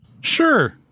Sure